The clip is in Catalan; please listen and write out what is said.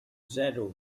zero